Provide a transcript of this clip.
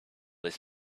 this